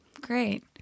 great